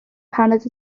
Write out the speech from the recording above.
paned